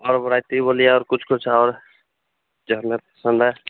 और भेराइटी बोलिए और कुछ कुछ और जो हमें पसंद है